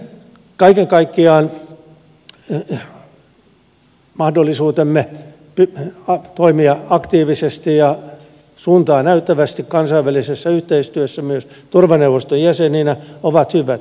kaiken kaikkiaan mahdollisuutemme toimia aktiivisesti ja suuntaa näyttävästi kansainvälisessä yhteistyössä myös turvaneuvoston jäsenenä ovat hyvät